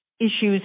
issues